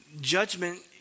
judgment